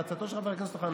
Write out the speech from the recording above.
בעצתו של חבר הכנסת אוחנה,